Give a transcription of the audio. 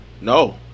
No